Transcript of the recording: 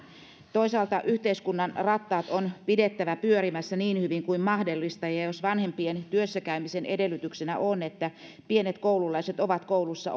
toisaalta yhteiskunnan rattaat on pidettävä pyörimässä niin hyvin kuin mahdollista ja jos vanhempien työssäkäymisen edellytyksenä on että pienet koululaiset ovat koulussa